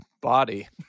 body